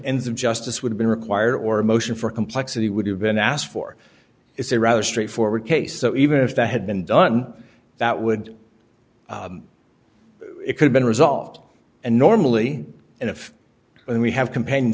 ends of justice would be required or a motion for complexity would have been asked for is a rather straightforward case so even if that had been done that would it could been resolved and normally and if we have companion